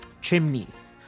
chimneys